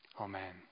Amen